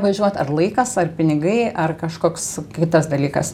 važiuot ar laikas ar pinigai ar kažkoks kitas dalykas